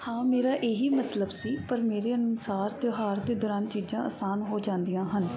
ਹਾਂ ਮੇਰਾ ਇਹੀ ਮਤਲਬ ਸੀ ਪਰ ਮੇਰੇ ਅਨੁਸਾਰ ਤਿਉਹਾਰ ਦੇ ਦੌਰਾਨ ਚੀਜ਼ਾਂ ਅਸਾਨ ਹੋ ਜਾਂਦੀਆਂ ਹਨ